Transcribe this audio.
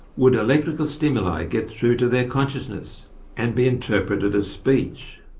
would electrical stimuli get through to their consciousness and be interpreted as speech?